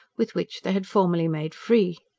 with which they had formerly made free.